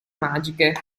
magiche